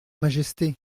majesté